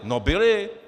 No byli!